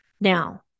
Now